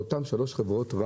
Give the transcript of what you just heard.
או אותן שלוש חברות.